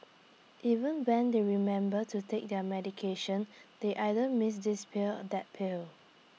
even when they remember to take their medication they either miss this pill that pill